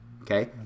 Okay